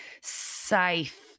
safe